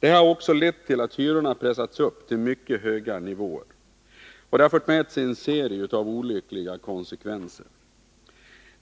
Detta har också lett till att hyrorna pressats upp till mycket höga nivåer — med en serie olyckliga konsekvenser.